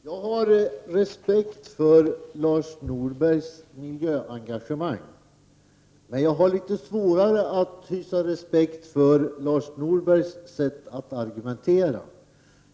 Herr talman Jag har respekt för Lars Norbergs miljöengagemang. Men jag har litet svårare att hysa respekt för hans sätt att argumentera.